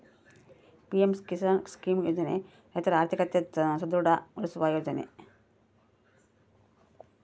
PM Kisan scheme ಯೋಜನೆ ರೈತರ ಆರ್ಥಿಕತೆ ಸದೃಢ ಗೊಳಿಸುವ ಯೋಜನೆ